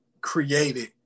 created